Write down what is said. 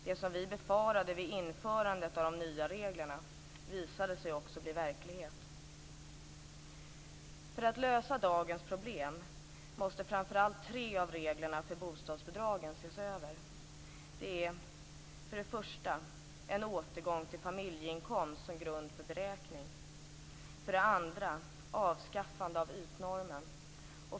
Det som vi befarade vid införandet av de nya reglerna visade sig också bli verklighet. För att lösa dagens problem måste framför allt tre av reglerna för bostadsbidragen ses över. För det första behövs en återgång till familjeinkomst som grund för beräkning. För det andra bör ytnormen avskaffas.